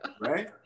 right